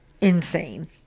insane